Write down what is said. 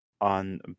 on